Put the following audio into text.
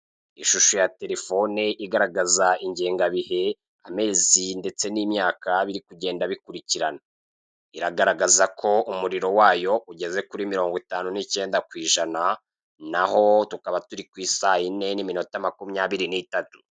Ishusho ya telefone igaragaza ingengabihe, amezi ndetse n'imyaka biri kugenda bikurikirana iragaragaza ko umuriro wayo ugeze kuri mirongo itanu n'icyenda ku ijana, naho tukaba turi ku i saa yine n'iminota makumyabiri n'itatu.